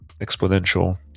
exponential